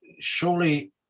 surely